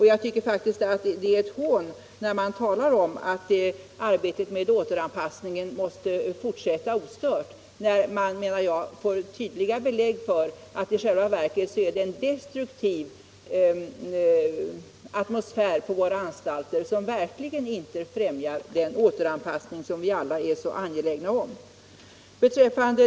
Jag tycker faktiskt att det känns som ett hån när man talar om att arbetet med återanpassningen måste fortsätta ostört och vi samtidigt får tydliga belägg för att den i själva verket så destruktiva atmosfär som finns på våra anstalter verkligen inte främjar den återanpassning vi alla är så angelägna om.